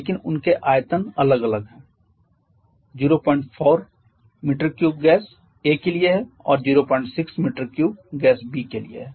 लेकिन उनके आयतन अलग अलग हैं 04 m3 गैस A के लिए है और 06 m3 गैस B के लिए है